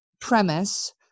premise